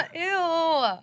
Ew